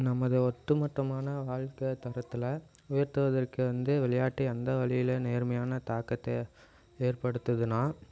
நமது ஒட்டுமொத்தமான வாழ்க்கை தரத்தில் உயர்த்துவதற்கு வந்து விளையாட்டு எந்த வழியில் நேர்மையான தாக்கத்தை ஏற்படுத்துதுன்னா